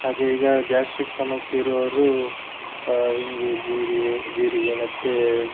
ಹಾಗೆ ಈಗ ಗ್ಯಾಸ್ಟ್ರಿಕ್ ಸಮಸ್ಯೆ ಇರುವವರು ಇಂಗು ಜೀರಿಗೆ ಜೀರಿಗೆ ಮತ್ತು